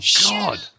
god